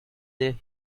they